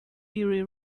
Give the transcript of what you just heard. erie